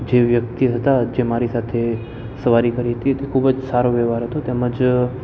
જે વ્યક્તિ હતા જે મારી સાથે સવારી કરી તી તે ખૂબ જ સારો વ્યવહાર હતો તેમજ